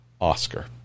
Oscar